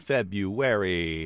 February